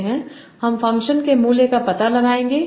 हम फ़ंक्शन के मूल्य का पता लगाएंगे